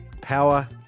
power